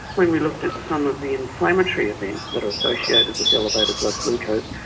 when we looked at some of the inflammatory events that are associated with elevated blood glucose,